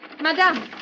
Madame